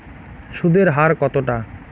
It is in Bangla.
সুদের হার কতটা?